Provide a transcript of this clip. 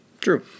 True